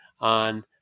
on